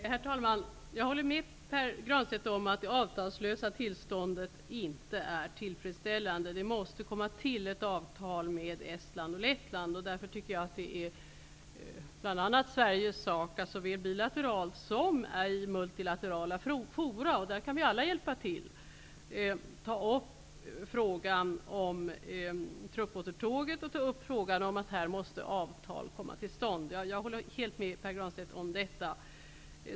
Herr talman! Jag håller med Pär Granstedt om att det avtalslösa tillståndet inte är tillfredsställande. Det måste komma till ett avtal med Estland och Lettland. Därför tycker jag att det är bl.a. Sveriges sak att såväl bilateralt som i multilaterala forum -- där kan vi alla hjälpa till -- ta upp frågan om truppåtertåget och att avtal måste komma till stånd. Jag håller helt med Pär Granstedt om detta.